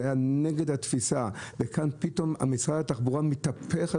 זה היה נגד התפיסה וכאן פתאום משרד התחבורה מתהפך.